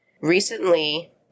recently